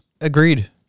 Agreed